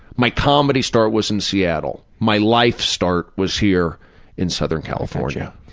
my comedy start was in seattle. my life start was here in southern california.